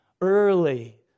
early